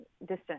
distance